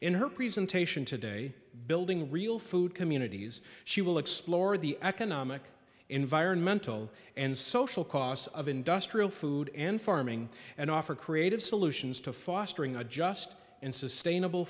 in her presentation today building real food communities she will explore the economic environmental and social costs of industrial food and farming and offer creative solutions to fostering a just and sustainable